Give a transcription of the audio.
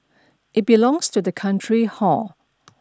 it belongs to the country hor